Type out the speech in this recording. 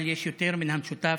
אבל יש יותר מן המשותף